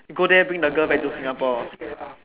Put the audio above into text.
go there bring the girl back to Singapore